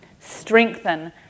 strengthen